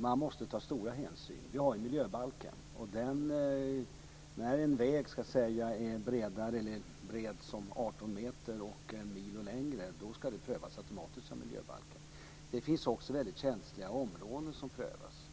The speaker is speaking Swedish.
Man måste ta stora hänsyn. Vi har ju miljöbalken. När man ska bygga en väg som är så bred som 18 meter och 1 mil lång eller längre, då ska det automatiskt prövas enligt miljöbalken. Det finns också väldigt känsliga områden som måste prövas.